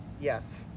Yes